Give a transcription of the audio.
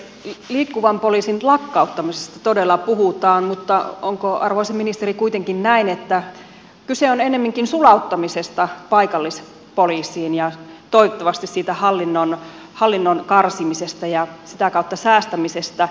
liikkuvan poliisin lakkauttamisesta todella puhutaan mutta onko arvoisa ministeri kuitenkin näin että kyse on ennemminkin sulauttamisesta paikallispoliisiin ja toivottavasti siitä hallinnon karsimisesta ja sitä kautta säästämisestä